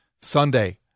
Sunday